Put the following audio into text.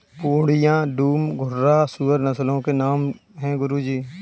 पूर्णिया, डूम, घुर्राह सूअर नस्लों के नाम है गुरु जी